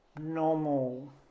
normal